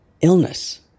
illness